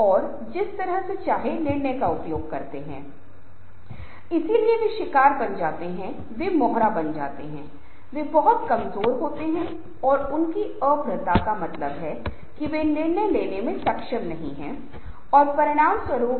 यदि आप इन छोटी चीजों का उपयोग कर रहे हैं तो हम अन्य लोगों को खुश कर सकते हैं या कम से कम उनके पास हमारे लिए किसी प्रकार का संबंध होगा और निश्चित रूप से वे अच्छे संबंध विकसित करेंगे